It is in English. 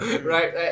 right